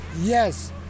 Yes